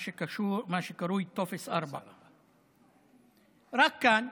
מה שקרוי טופס 4. רק כאן,